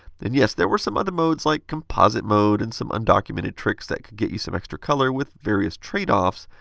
and yes, there were some other modes like composite mode and some undocumented tricks that could get you some extra color with various tradeoffs,